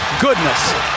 Goodness